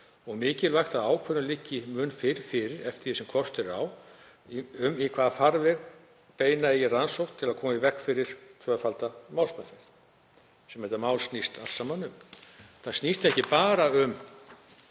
er mikilvægt að ákvörðun liggi mun fyrr fyrir, eftir því sem kostur er á, um það í hvaða farveg beina eigi rannsókn til að koma í veg fyrir tvöfalda málsmeðferð, sem þetta mál snýst allt saman um. Þetta snýst ekki bara um